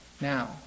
now